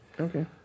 Okay